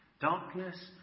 Darkness